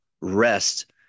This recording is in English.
rest